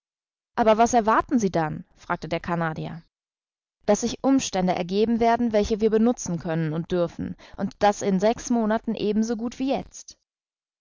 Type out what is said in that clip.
aber was erwarten sie dann fragte der canadier daß sich umstände ergeben werden welche wir benutzen können und dürfen und das in sechs monaten eben so gut wie jetzt